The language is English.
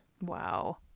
Wow